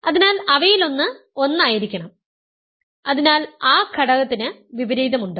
അതിനാൽ അവയിലൊന്ന് 1 ആയിരിക്കണം അതിനാൽ ആ ഘടകത്തിന് വിപരീതമുണ്ട്